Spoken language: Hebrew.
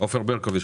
עופר ברקוביץ,